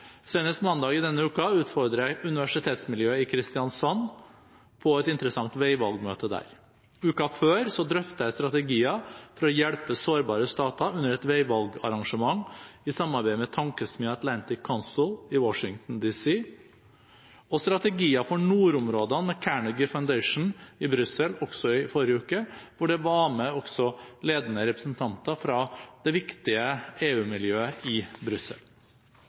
Senest mandag i denne uken utfordret jeg universitetsmiljøet i Kristiansand, på et interessant veivalgmøte der. Uken før drøftet jeg strategier for å hjelpe sårbare stater, under et veivalgarrangement i samarbeid med tankesmien Atlantic Council i Washington DC, og strategier for nordområdene med Carnegie Foundation i Brussel, hvor det også var med ledende representanter fra det viktige EU-miljøet i Brussel.